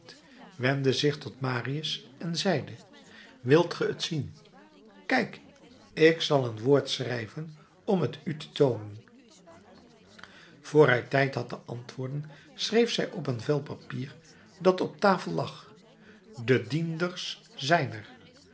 wendde zich tot marius en zeide wilt ge t zien kijk ik zal een woord schrijven om t u te toonen vr hij tijd had te antwoorden schreef zij op een vel papier dat op de tafel lag de dienders zijn er